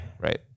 Right